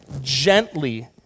gently